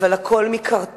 אבל הכול מקרטון,